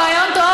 רעיון טוב.